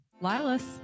lilas